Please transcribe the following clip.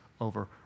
over